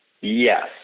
yes